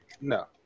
No